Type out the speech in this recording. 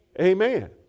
Amen